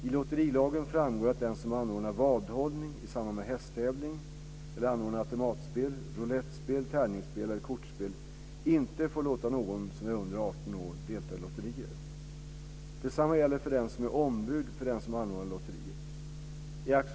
I lotterilagen framgår att den som anordnar vadhållning i samband med hästtävling eller anordnar automatspel, roulettspel, tärningsspel eller kortspel inte får låta någon som är under 18 år delta i lotterier. Detsamma gäller för den som är ombud för den som anordnar lotteriet.